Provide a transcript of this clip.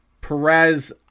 Perez